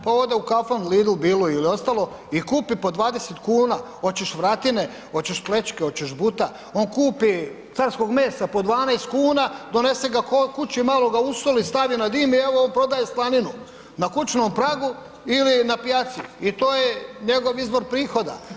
Pa ode u Kaufland, Lidl, Bilu ili ostalo i kupi po 20,00 kn oćeš vratine, oćeš plećke, oćeš buta, on kupi carskog mesa po 12,00 kn, donese ga kući, malo ga usoli, stavi na dim i evo on prodaje slaninu, na kućnom pragu ili na pijaci i to je njegov izvor prihoda.